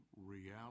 reality